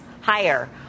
higher